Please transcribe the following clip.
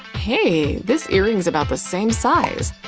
hey, this earring's about the same size.